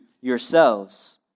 yourselves